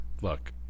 look